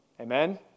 Amen